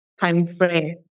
timeframe